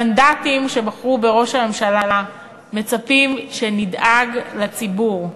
המנדטים שבחרו בראש הממשלה מצפים שנדאג לציבור,